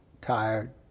Tired